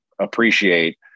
appreciate